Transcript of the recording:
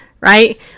right